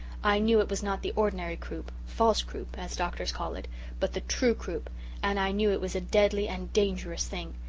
i knew it was not the ordinary croup false croup as doctors call it but the true croup' and i knew that it was a deadly and dangerous thing.